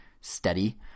steady